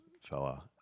fella